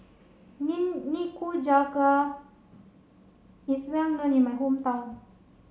Nikujaga is well known in my hometown